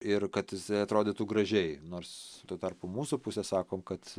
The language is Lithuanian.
ir kad jisai atrodytų gražiai nors tuo tarpu mūsų pusė sakom kad